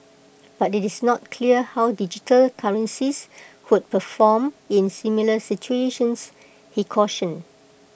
but IT is not clear how digital currencies would perform in similar situations he cautioned